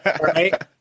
right